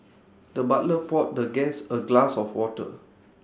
the butler poured the guest A glass of water